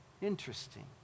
interesting